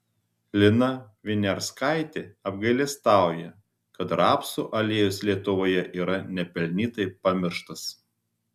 lina viniarskaitė apgailestauja kad rapsų aliejus lietuvoje yra nepelnytai pamirštas